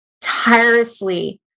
tirelessly